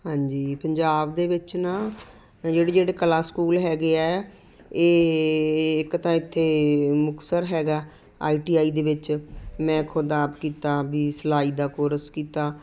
ਹਾਂਜੀ ਪੰਜਾਬ ਦੇ ਵਿੱਚ ਨਾ ਜਿਹੜੇ ਜਿਹੜੇ ਕਲਾ ਸਕੂਲ ਹੈਗੇ ਹੈ ਇਹ ਇੱਕ ਤਾਂ ਇੱਥੇ ਮੁਕਤਸਰ ਹੈਗਾ ਆਈ ਟੀ ਆਈ ਦੇ ਵਿੱਚ ਮੈਂ ਖੁਦ ਆਪ ਕੀਤਾ ਵੀ ਸਿਲਾਈ ਦਾ ਕੋਰਸ ਕੀਤਾ